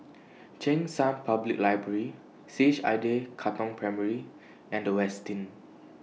Cheng San Public Library C H I J Katong Primary and Westin